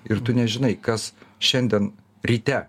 ir tu nežinai kas šiandien ryte